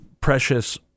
precious